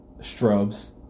strobes